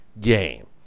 game